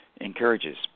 encourages